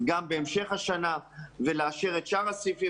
גם בהמשך השנה ולאשר את שאר הסעיפים